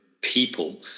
people